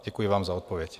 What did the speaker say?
Děkuji vám za odpověď.